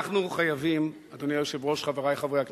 אנחנו חייבים, אדוני היושב-ראש, חברי חברי הכנסת,